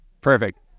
perfect